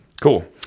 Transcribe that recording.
Cool